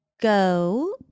go